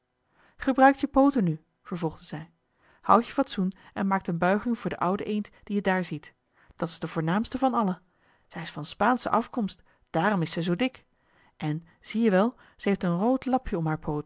gebruikt je pooten nu vervolgde zij houdt je fatsoen en maakt een buiging voor de oude eend die je daar ziet dat is de voornaamste van alle zij is van spaansche afkomst daarom is zij zoo dik en zie je wel zij heeft een rood lapje om haar